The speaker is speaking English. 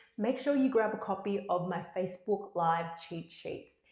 make sure you grab a copy of my facebook live cheat sheets.